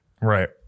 Right